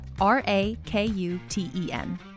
R-A-K-U-T-E-N